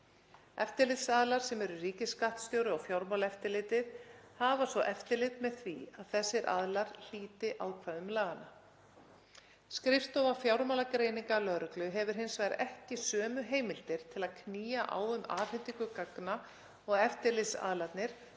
Eftirlitsaðilar, sem eru ríkisskattstjóri og Fjármálaeftirlitið, hafa svo eftirlit með því að þessir aðilar hlíti ákvæðum laganna. Skrifstofa fjármálagreininga lögreglu hefur hins vegar ekki sömu heimildir til að knýja á um afhendingu gagna og eftirlitsaðilarnir